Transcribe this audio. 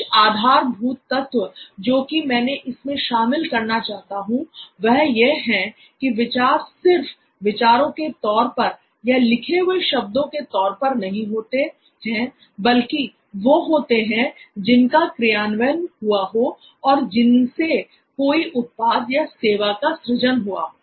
कुछ आधारभूत तत्व जो कि मैं इसमें शामिल करना चाहता हूं वह यह है कि विचार सिर्फ विचारों के तौर पर या लिखे हुए शब्दों के तौर पर नहीं होते हैं बल्कि वो होते जिनका क्रियान्वयन हुआ हो और जिनसे कोई उत्पाद या सेवा का सृजन हुआ हो